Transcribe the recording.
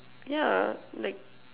ya like